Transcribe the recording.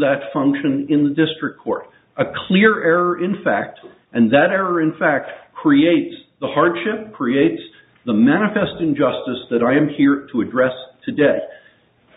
that function in the district court a clear error in fact and that error in fact creates the hardship creates the manifest injustice that i am here to address today